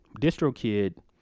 DistroKid